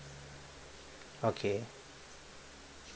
okay